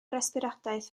resbiradaeth